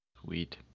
sweet